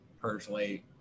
personally